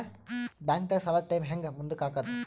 ಬ್ಯಾಂಕ್ದಾಗ ಸಾಲದ ಟೈಮ್ ಹೆಂಗ್ ಮುಂದಾಕದ್?